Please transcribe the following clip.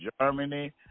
Germany